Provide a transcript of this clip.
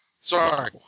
Sorry